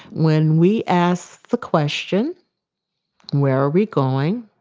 when we asked the question where are we going,